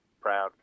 proud